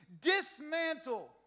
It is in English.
dismantle